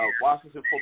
Washington